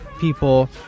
people